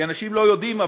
כי אנשים לא יודעים,